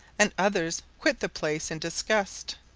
and others quit the place in disgust.